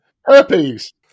Herpes